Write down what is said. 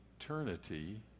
eternity